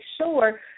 sure